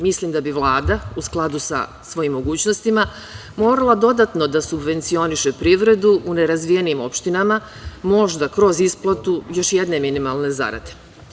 Mislim da bi Vlada u skladu sa svojim mogućnostima morala dodatno da subvencioniše privredu u nerazvijenim opštinama, možda kroz isplatu još jedne minimalne zarade.